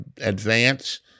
advance